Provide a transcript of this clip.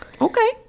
Okay